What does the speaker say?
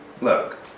look